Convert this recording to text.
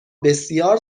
بسیار